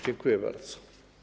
Dziękuję bardzo.